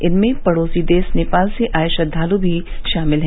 इनमें पड़ोसी देश नेपाल से आए श्रद्वाल् भी शामिल हैं